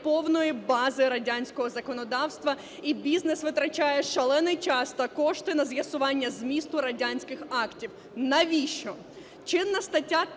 повної бази радянського законодавства і бізнес витрачає шалений час та кошти на з'ясування змісту радянських актів. Навіщо? Чинна стаття